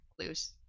clues